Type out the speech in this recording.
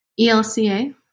ELCA